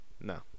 no